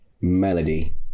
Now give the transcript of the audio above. melody